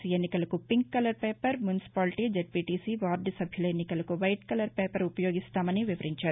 C ఎన్నికలకు pink colour paper municipality ZPTC ward సభ్యుల ఎన్నికలకు వైట్ కలర్ పేపర్ ఉపయోగిస్తామని వివరించారు